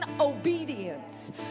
obedience